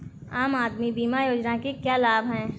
आम आदमी बीमा योजना के क्या लाभ हैं?